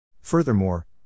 Furthermore